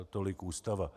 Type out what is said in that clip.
Tolik Ústava.